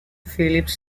phillips